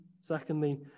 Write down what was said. Secondly